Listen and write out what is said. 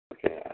Okay